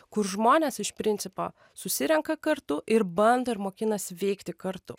kur žmonės iš principo susirenka kartu ir bando ir mokinasi veikti kartu